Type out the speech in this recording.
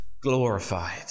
glorified